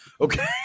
Okay